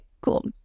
cool